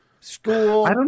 School